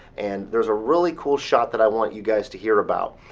and there's a really cool shot that i want you guys to hear about.